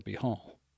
hall